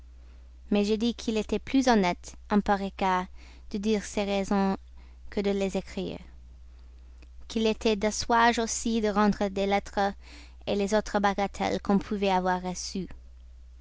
mais j'ai dit qu'il était plus honnête en pareil cas de dire ses raisons que de les écrire qu'il était d'usage aussi de rendre les lettres les autres bagatelles qu'on pouvait avoir reçues